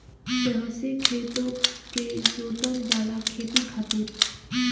एहसे खेतो के जोतल जाला खेती खातिर